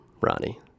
Ronnie